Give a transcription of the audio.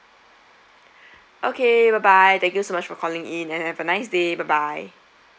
okay bye bye thank you so much of calling in and have a nice day bye bye